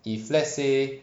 if let's say